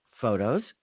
photos